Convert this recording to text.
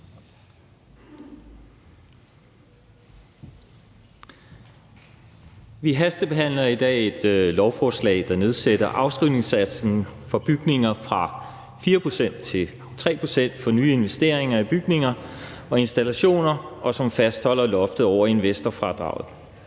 Vi hastebehandler i dag et lovforslag, der nedsætter afskrivningssatsen for bygninger fra 4 pct. til 3 pct. for nye investeringer i bygninger og installationer, og som fastholder loftet over investorfradraget.